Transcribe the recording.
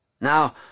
Now